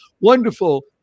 wonderful